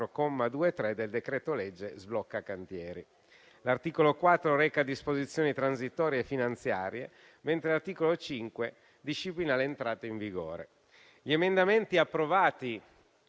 2019, cosiddetto sblocca cantieri. L'articolo 4 reca disposizioni transitorie e finanziarie, mentre l'articolo 5 disciplina l'entrata in vigore. Gli emendamenti approvati